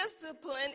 discipline